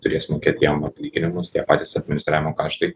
turės mokėt jam atlyginimus tie patys administravimo kaštai